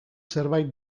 zerbait